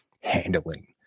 handling